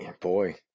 boy